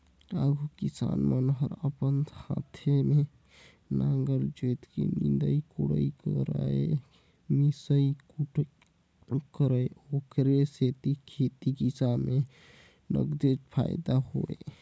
आघु किसान मन हर अपने हाते में नांगर जोतय, निंदई कोड़ई करयए मिसई कुटई करय ओखरे सेती खेती किसानी में नगदेच फायदा होय